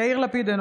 יאיר לפיד,